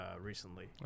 recently